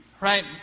right